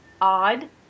odd